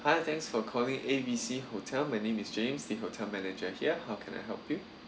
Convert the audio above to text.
hi thanks for calling A B C hotel my name is james the hotel manager here how can I help you